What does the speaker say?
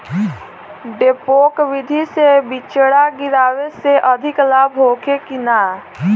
डेपोक विधि से बिचड़ा गिरावे से अधिक लाभ होखे की न?